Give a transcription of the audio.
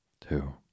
Two